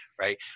right